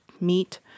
meat